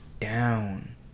down